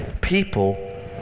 People